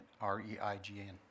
R-E-I-G-N